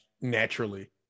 naturally